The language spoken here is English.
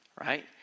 Right